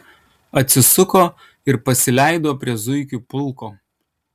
atsisuko ir pasileido prie zuikių pulko